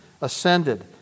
ascended